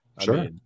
Sure